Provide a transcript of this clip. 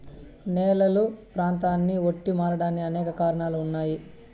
నేలలు ప్రాంతాన్ని బట్టి మారడానికి అనేక కారణాలు ఉన్నాయి